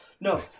No